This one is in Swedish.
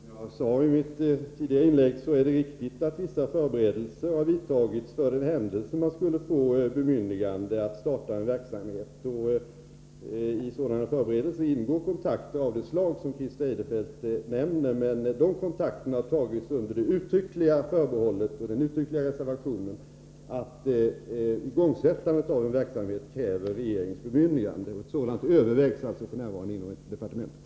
Herr talman! Som jag sade i mitt tidigare inlägg är det riktigt att vissa förberedelser har vidtagits för den händelse rikspolisstyrelsen skulle få bemyndigande att starta en verksamhet inom datorsäkerhetsområdet. I sådana förberedelser ingår kontakter av det slag som Christer Eirefelt nämner. Men de kontakterna har tagits med den uttryckliga reservationen att igångsättandet av verksamheten kräver regeringens bemyndigande. Ett sådant övervägs alltså f.n. inom departementet.